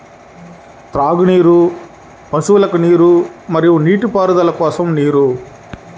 త్రాగునీరు, పశువులకు నీరు మరియు నీటిపారుదల కోసం నీరు